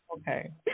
Okay